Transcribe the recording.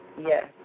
Yes